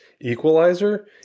equalizer